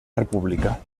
república